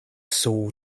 saw